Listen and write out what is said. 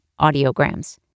audiograms